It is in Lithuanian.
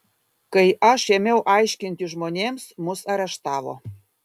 kai aš ėmiau aiškinti žmonėms mus areštavo